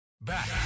back